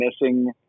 missing